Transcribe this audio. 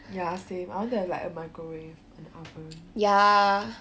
ya same I want to have like a microwave and oven